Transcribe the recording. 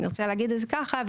אם נרצה להגיד את זה ככה,